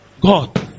God